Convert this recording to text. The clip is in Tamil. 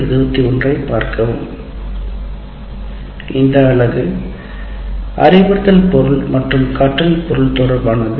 தற்போதுள்ள பகுதி அறிவுறுத்தல் பொருள் மற்றும் கற்றல் பொருள் தொடர்பானது